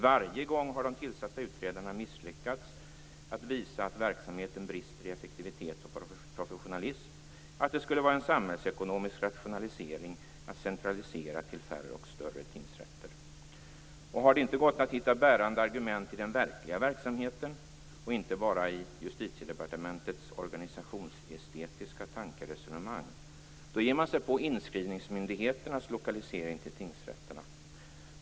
Varje gång har de tillsatta utredarna misslyckats i uppdraget att visa att verksamheten brister i effektivitet och professionalism och att det skulle vara en samhällsekonomisk rationalisering att centralisera domstolsväsendet till färre och större tingsrätter. Och har det inte gått att hitta bärande argument i den verkliga verksamheten - och inte bara i Justitiedepartementets organisationsestetiska tankeresonemang - så ger man sig på inskrivningsmyndighetens lokalisering till tingsrätterna.